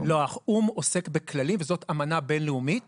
לא, האו"ם עוסק בכללים וזאת אמנה בינלאומית